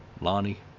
Lonnie